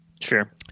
Sure